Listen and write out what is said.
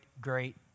great